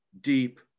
deep